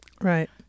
right